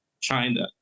China